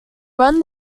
run